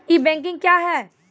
ई banking क्या हैं?